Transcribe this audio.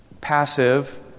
Passive